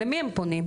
למי הם פונים?